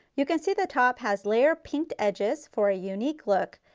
you can see the top has layered pinked edges for a unique look.